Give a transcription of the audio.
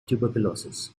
tuberculosis